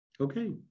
Okay